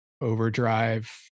overdrive